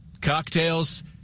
Cocktails